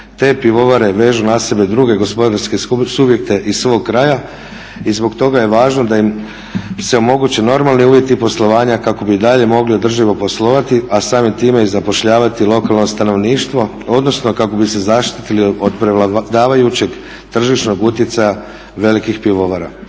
Te pivovare vežu na sebe druge gospodarske subjekte iz svog kraja i zbog toga je važno da im se omoguće normalni uvjeti poslovanja kako bi i dalje mogli održivo poslovati a samim time i zapošljavati lokalno stanovništvo odnosno kako bi se zaštitili od prevladavajućeg tržišnog utjecaja velikih pivovara.